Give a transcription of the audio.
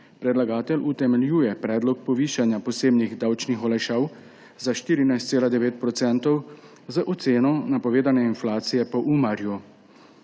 Predlagatelj utemeljuje predlog povišanja posebnih davčnih olajšav za 14,9 % z oceno napovedane inflacije po Umarju,